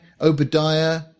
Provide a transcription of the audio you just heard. Obadiah